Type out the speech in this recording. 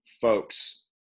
folks